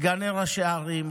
סגני ראשי הערים,